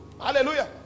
hallelujah